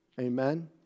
Amen